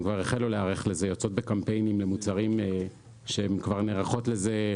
הן כבר יוצאות עם קמפיינים למוצרים שהן כבר נערכות לזה.